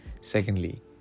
Secondly